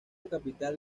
capital